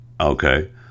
Okay